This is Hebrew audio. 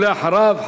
ואחריו,